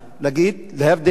להבדיל מהמצב,